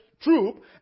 troop